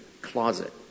closet